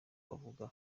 bavuga